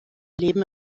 leben